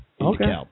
Okay